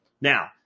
Now